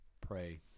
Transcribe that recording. pray